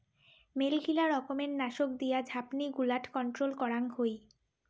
মেলগিলা রকমের নাশক দিয়া ঝাপনি গুলাট কন্ট্রোল করাং হই